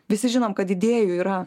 visi žinom kad idėjų yra